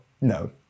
No